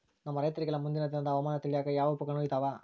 ನಮ್ಮ ರೈತರಿಗೆಲ್ಲಾ ಮುಂದಿನ ದಿನದ ಹವಾಮಾನ ತಿಳಿಯಾಕ ಯಾವ ಉಪಕರಣಗಳು ಇದಾವ?